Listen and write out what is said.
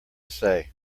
say